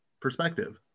perspective